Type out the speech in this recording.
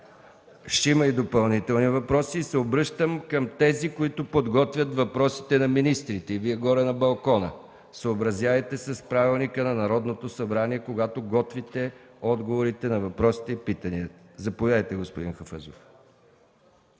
Ще има и допълнителни въпроси. Обръщам се към тези, които подготвят въпросите на министрите, и Вие, горе на балкона: съобразявайте се с Правилника на Народното събрание, когато готвите отговорите на въпросите и питанията. Всички